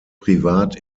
privat